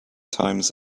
times